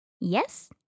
Yes